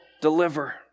deliver